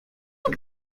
tak